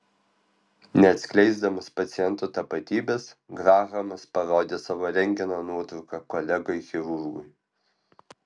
neatskleisdamas paciento tapatybės grahamas parodė savo rentgeno nuotrauką kolegai chirurgui